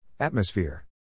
Atmosphere